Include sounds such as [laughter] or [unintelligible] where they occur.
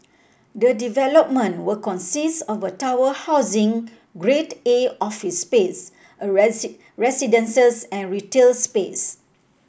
the development will consist of a tower housing Grade A office space [unintelligible] residences and retail space